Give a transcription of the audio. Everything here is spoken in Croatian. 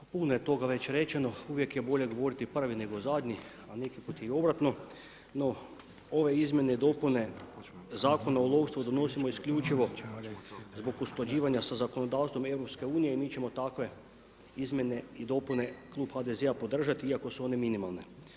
Puno je toga već rečeno, uvijek je bolje govoriti prvi nego zadnji, a neki put i obratno, no ove izmjene i dopune Zakonu o lovstvu donosimo isključivo zbog usklađivanja sa zakonodavstvo EU i mi ćemo takve izmjene i dopune Klub HDZ-a podržati iako su one minimalne.